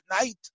night